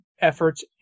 efforts